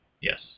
Yes